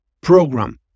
program